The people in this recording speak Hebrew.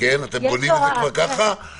אתם בונים את זה כבר ככה,